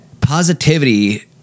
positivity